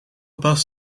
bus